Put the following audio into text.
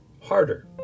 harder